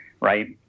right